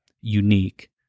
unique